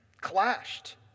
clashed